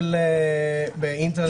--.